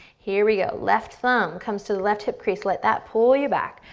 here we go. left thumb comes to the left hip crease. let that pull you back.